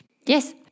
yes